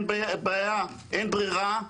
אין ברירה,